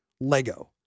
Lego